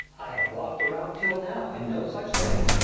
i have walk'd the round till now, and no such thing.